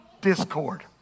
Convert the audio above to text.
discord